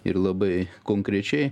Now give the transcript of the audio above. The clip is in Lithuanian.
ir labai konkrečiai